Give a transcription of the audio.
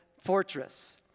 fortress